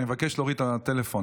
אני מבקש להוריד את הטלפון.